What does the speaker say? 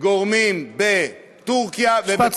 גורמים בטורקיה ובפורטוגל,